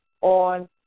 on